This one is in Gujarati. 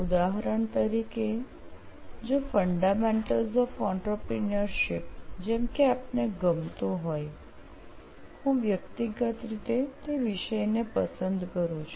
ઉદાહરણ તરીકે જો ફંડામેન્ટલ્સ ઓફ આંત્રપ્રિન્યોરશિપ જેમ કે આપને ગમતો હોય હું વ્યક્તિગત રીતે તે વિષયને પસંદ કરું છું